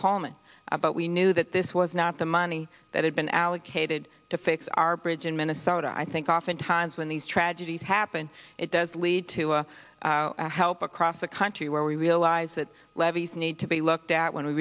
coleman but we knew that this was not the money that had been allocated to fix our bridge in minnesota i think oftentimes when these tragedies happen it does lead to a help across the country where we realize that levees need to be looked at when we